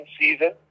season